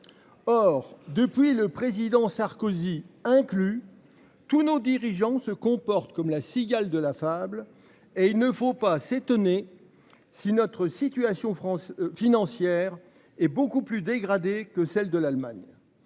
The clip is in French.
Or depuis le président Sarkozy inclus. Tous nos dirigeants se comportent comme la cigale de la fable et il ne faut pas s'étonner si notre situation France financière et beaucoup plus dégradée que celle de l'Allemagne.